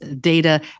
data